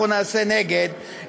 אנחנו נעשה נגד,